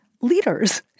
leaders